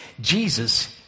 Jesus